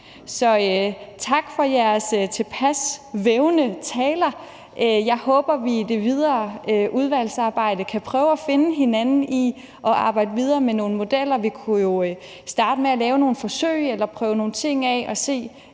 tak for jeres tilpas vævende taler. Jeg håber, at vi i det videre udvalgsarbejde kan prøve at finde hinanden i at arbejde videre med nogle modeller. Vi kunne jo starte med at lave nogle forsøg eller prøve nogle ting af og se,